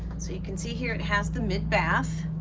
so you can see here it has the mid bath